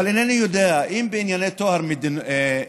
אבל אינני יודע, אם בענייני טוהר מידות